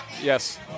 Yes